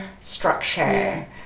structure